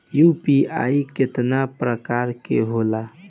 UPI केतना प्रकार के होला?